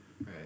Right